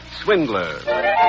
Swindler